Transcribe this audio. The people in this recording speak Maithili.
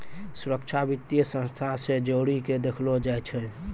सुरक्षा वित्तीय संस्था से जोड़ी के देखलो जाय छै